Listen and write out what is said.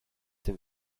tym